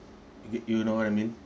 you you know what I mean